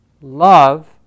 love